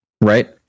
right